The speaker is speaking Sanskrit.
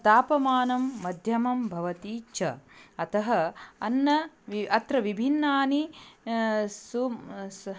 तापमानं मध्यमं भवति च अतः अन्न वि अत्र विभिन्नानि सुमस